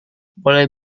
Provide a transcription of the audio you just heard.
boleh